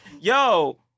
yo